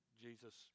Jesus